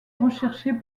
recherchée